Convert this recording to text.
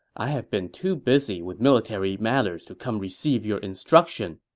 i have been too busy with military matters to come receive your instruction.